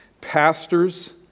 Pastors